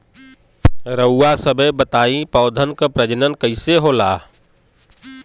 रउआ सभ बताई पौधन क प्रजनन कईसे होला?